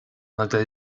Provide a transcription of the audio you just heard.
nagle